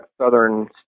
Southern